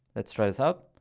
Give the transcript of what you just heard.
let's try this out,